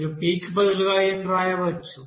మీరు p కి బదులుగా n వ్రాయవచ్చు